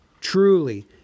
Truly